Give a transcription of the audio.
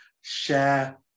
Share